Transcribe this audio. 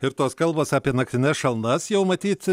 ir tos kalbos apie naktines šalnas jau matyt